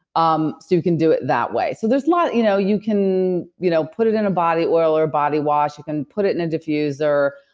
um so you can do it that way. so there's a lot, you know you can you know put it in a body oil or body wash, you can put it in a diffuser.